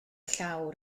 llawr